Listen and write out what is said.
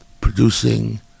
producing